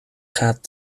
gaat